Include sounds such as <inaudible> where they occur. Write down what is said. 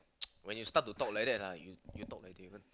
<noise> when you start to talk like that ah you you talk like Davon